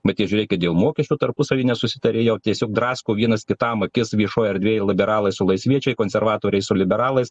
bet ir žiūrėkit dėl mokesčių tarpusavy nesusitarė jau tiesiog drasko vienas kitam akis viešoj erdvėj liberalai su laisviečiai konservatoriai su liberalais